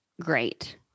great